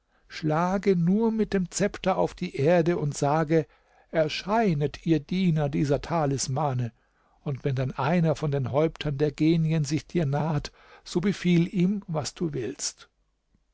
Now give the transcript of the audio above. schlage nur mit dem zepter auf die erde und sage erscheinet ihr diener dieser talismane und wenn dann einer von den häuptern der genien sich dir naht so befiehl ihm was du willst